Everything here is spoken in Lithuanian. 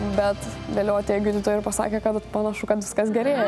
bet vėliau atėję gydytojai pasakė kad panašu kad viskas gerėja